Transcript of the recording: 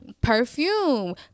perfume